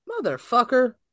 Motherfucker